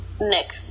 Nick